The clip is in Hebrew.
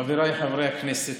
חבריי חברי הכנסת,